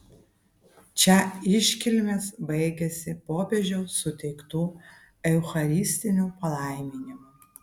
čia iškilmės baigėsi popiežiaus suteiktu eucharistiniu palaiminimu